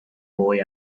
boy